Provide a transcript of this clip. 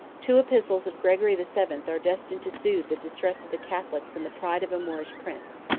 two epistles of gregory the seventh are destined to soothe the distress of the catholics and the pride of a moorish prince.